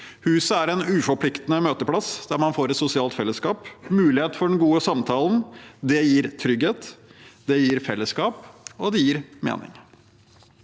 Huset er en uforpliktende møteplass der man får et sosialt fellesskap og mulighet for den gode samtalen. Det gir trygghet, det gir fellesskap, og det